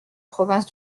province